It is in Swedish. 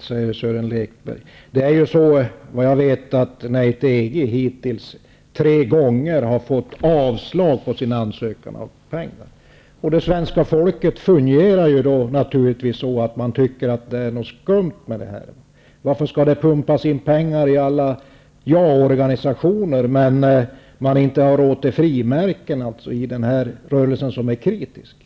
säger Sören Lekberg. Såvitt jag vet har organisationen ''Nej till EG'' hittills tre gånger fått avslag på ansökningar om pengar. Svenska folket fungerar naturligtvis så, att det tycker att det är något skumt med detta. Varför skall det pumpas in pengar i alla ja-organisationer, samtidigt som man inte har råd med frimärken i denna rörelse som är kritisk?